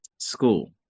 school